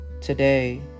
Today